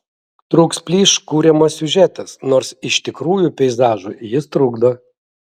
trūks plyš kuriamas siužetas nors iš tikrųjų peizažui jis trukdo